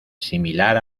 similar